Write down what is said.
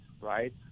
right